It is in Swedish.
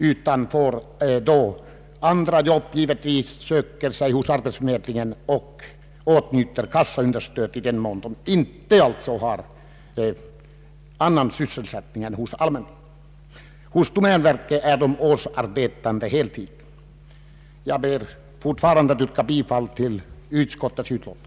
De får då skaffa sig andra jobb, söka sig till arbetsförmedlingen eller begära understöd från arbetslöshetskas sorna i den mån de inte finner annan sysselsättning. Hos domänverket är arbetarna årsarbetande. Jag vidhåller mitt yrkande om bifall till utskottets förslag.